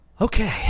Okay